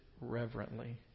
reverently